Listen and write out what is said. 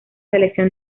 selección